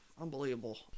unbelievable